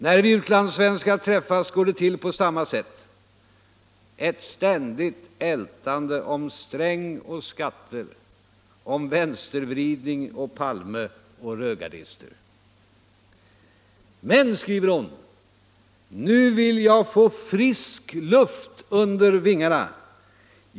När vi utlandssvenskar träffas går det till på samma sätt — ett ständigt ältande om Sträng och skatter, och vänstervridning och Palme och rödgardisterna.” Men, skriver hon, nu vill jag ”få frisk luft under vingarna!